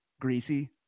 greasy